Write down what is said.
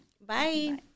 Bye